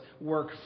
work